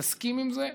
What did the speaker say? מתעסקים עם זה,